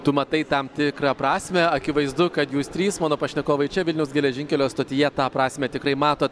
tu matai tam tikrą prasmę akivaizdu kad jūs trys mano pašnekovai čia vilniaus geležinkelio stotyje tą prasmę tikrai matot